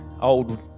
old